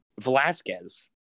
Velasquez